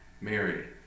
mary